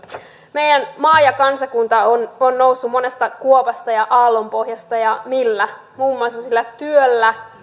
meidän maamme ja kansakuntamme on noussut monesta kuopasta ja aallonpohjasta ja millä muun muassa sillä työllä